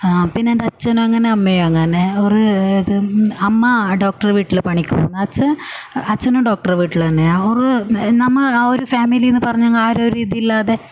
പിന്നെ എൻ്റെ അച്ഛനങ്ങനെ അമ്മയുമങ്ങനെ ഓറ് അത് അമ്മ ഡോക്ടറെ വീട്ടിൽ പണിക്ക് പോകുന്നു അച്ഛൻ അച്ഛനും ഡോക്ടറെ വീട്ടിൽ തന്നെയാണ് ഓറ് നമ്മൾ ആ ഒരു ഫാമിലി എന്നു പറഞ്ഞ് അങ്ങ് ആരും ഒരിതില്ലാതെ